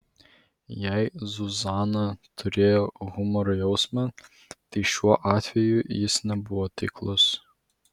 jei zuzana turėjo humoro jausmą tai šiuo atveju jis nebuvo taiklus